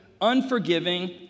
unforgiving